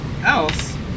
else